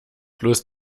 bloß